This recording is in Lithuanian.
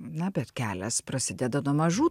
na bet kelias prasideda nuo mažų